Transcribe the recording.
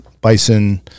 bison